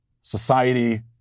society